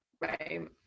Right